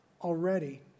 already